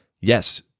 Yes